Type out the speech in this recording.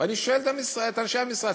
אני שואל את אנשי המשרד,